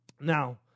Now